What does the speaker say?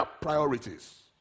priorities